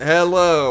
Hello